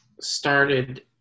started